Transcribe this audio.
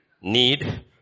need